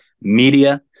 Media